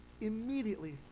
immediately